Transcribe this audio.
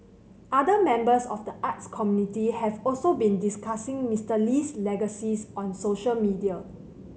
other members of the arts community have also been discussing Mister Lee's legacy on social media